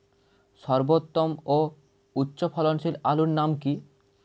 সর্বোত্তম ও উচ্চ ফলনশীল আলুর নাম কি?